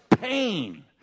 pain